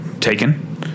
Taken